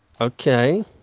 Okay